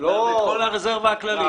כל הרזרבה הכללית.